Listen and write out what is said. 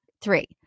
Three